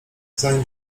zanim